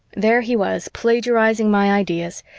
there he was plagiarizing my ideas,